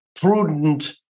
prudent